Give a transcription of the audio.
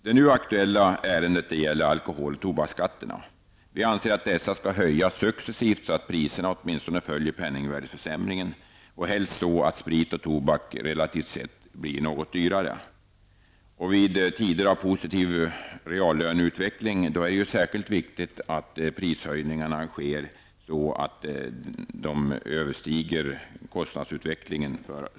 Det nu aktuella ärendet gäller alkohol och tobaksskatterna. Vi anser att dessa skall höjas successivt så att priserna åtminstone följer penningvärdeförsämringen och helst så att sprit och tobak relativt sett blir något dyrare. I tider av en positiv reallöneutveckling är det särskilt viktigt att prishöjningarna sker så att de överstiger kostnadsutvecklingen.